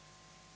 Hvala.